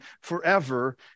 forever